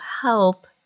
help